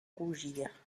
rougir